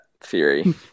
theory